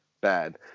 bad